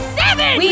seven